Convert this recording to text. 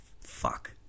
fuck